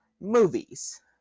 movies